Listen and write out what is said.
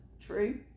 True